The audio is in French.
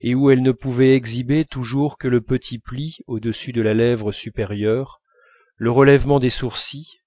et où elle ne pouvait exhiber toujours que le petit pli au-dessus de la lèvre supérieure le relèvement des sourcils